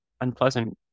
unpleasant